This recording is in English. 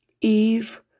Eve